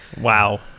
Wow